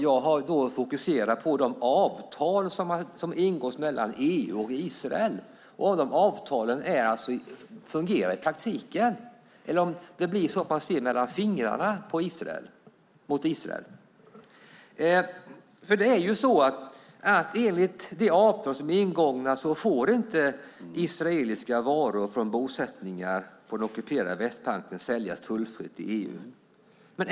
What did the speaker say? Jag har fokuserat på de avtal som ingås mellan EU och Israel och huruvida dessa avtal fungerar i praktiken eller om det blir så att man ser mellan fingrarna när det gäller Israel. Enligt avtal som är ingångna får nämligen inte israeliska varor från bosättningar på den ockuperade Västbanken säljas tullfritt i EU.